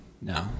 No